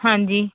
ਹਾਂਜੀ